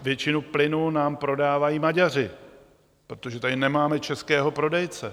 Většinu plynu nám prodávají Maďaři, protože tady nemáme českého prodejce.